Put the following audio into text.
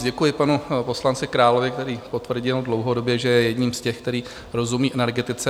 Děkuji panu poslanci Královi, který potvrdil dlouhodobě, že je jedním z těch, kteří rozumí energetice.